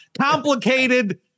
Complicated